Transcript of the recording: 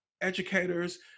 educators